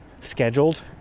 scheduled